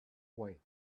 wait